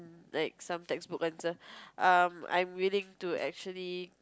like some textbook answer um I'm willing to actually